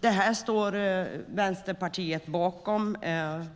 Detta står Vänsterpartiet bakom.